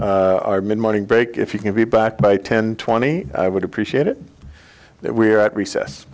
our mid morning break if you can be back by ten twenty i would appreciate it that we're at recess